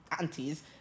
aunties